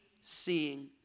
seeing